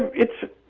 it's.